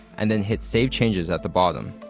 and then hit save changes at the bottom.